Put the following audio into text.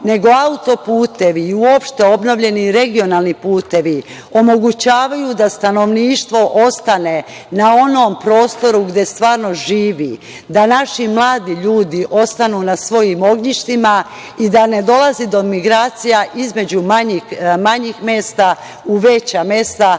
nego autoputevi i uopšte obnovljeni regionalni putevi omogućavaju da stanovništvo ostane na onom prostoru gde stvarno živi, da naši mladi ljudi ostanu na svojim ognjištima i da ne dolazi do migracija između manjih mesta u veća mesta,